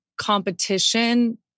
competition